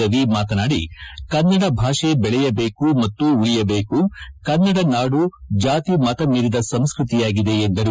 ರವಿ ಮಾತಾನಾಡಿ ಕನ್ನಡ ಭಾಷೆ ಬೆಳೆಯಬೇಕು ಮತ್ತು ಉಳಿಯಬೇಕು ಕನ್ನಡ ನಾಡು ಜಾತಿ ಮತ ಮೀರಿದ ಸಂಸ್ಕತಿಯಾಗಿದೆ ಎಂದರು